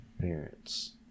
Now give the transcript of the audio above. parents